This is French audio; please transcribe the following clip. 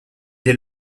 dès